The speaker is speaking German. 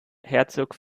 herzog